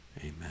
amen